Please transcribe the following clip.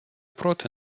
проти